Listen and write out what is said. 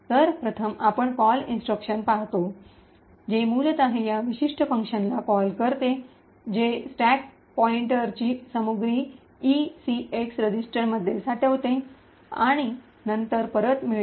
तर प्रथम आपण कॉल इन्स्ट्रक्शन पाहतो जे मूलत या विशिष्ट फंक्शनला कॉल करते जे स्टॅक पॉईंटरची सामग्री ईसीएक्स रजिस्टरमध्ये साठवते आणि नंतर परत मिळते